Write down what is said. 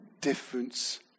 difference